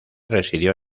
residió